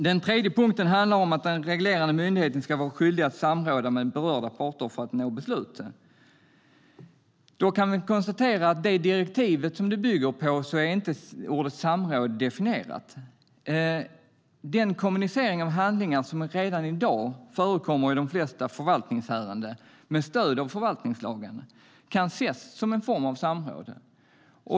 Den tredje punkten handlar om att den reglerande myndigheten ska vara skyldig att samråda med berörda parter för att nå ett beslut. Vi kan konstatera att i det direktiv som detta bygger på är ordet "samråd" inte definierat. Den kommunicering av handlingar som redan i dag förekommer i de flesta förvaltningsärenden med stöd av förvaltningslagen kan ses som en form av samråd.